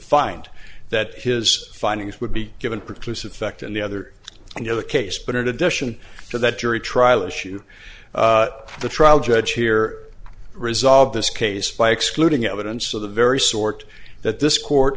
find that his findings would be given pretty close effect and the other you know the case but it addition to that jury trial issue the trial judge here resolved this case by excluding evidence of the very sort that this court